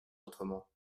autrement